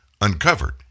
uncovered